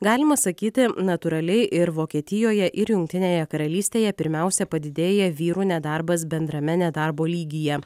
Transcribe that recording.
galima sakyti natūraliai ir vokietijoje ir jungtinėje karalystėje pirmiausia padidėja vyrų nedarbas bendrame nedarbo lygyje